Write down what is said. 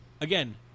again